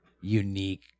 unique